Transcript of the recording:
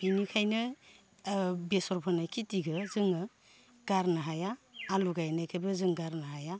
बिनिखायनो ओ बेसरफोनाय खिथिखो जोङो गारनो हाया आलु गायनायखोबो जों गारनो हाया